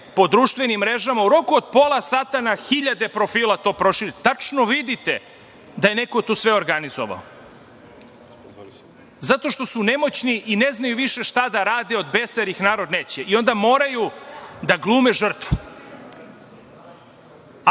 po društvenim mrežama, u roku od pola sata na hiljade profila to proširi. Tačno vidite da je neko tu sve organizovao, zato što su nemoćni i ne znaju više šta da rade od besa, jer ih narod neće. I onda moraju da glume žrtvu. Ali,